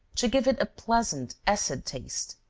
to give it a pleasant, acid taste.